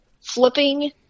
flipping